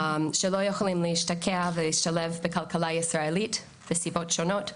שלא יכולים להשתקע ולהשתלב בכלכלה הישראלית מסיבות שונות.